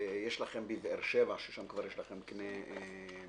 יש לכם בבאר-שבע, ששם יש לכם קנה מידה.